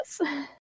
Yes